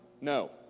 No